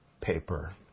paper